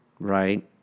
Right